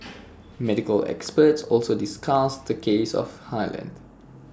medical experts also discussed the case of hire length